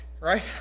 Right